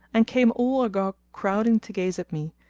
and came all agog crowding to gaze at me,